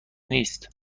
نیست